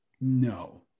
No